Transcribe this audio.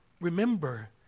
remember